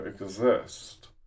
exist